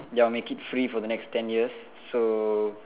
ya I'll make it free for the next ten years so